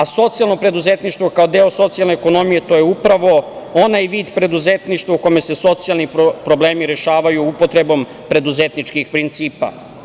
Socijalno preduzetništvo kao deo socijalne ekonomije to je upravo onaj vid preduzetništva u kome se socijalni problemi rešavaju upotrebom preduzetničkih principa.